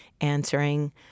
answering